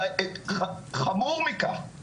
חמור מכך,